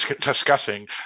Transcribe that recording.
discussing